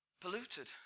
polluted